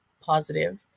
positive